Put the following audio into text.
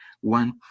One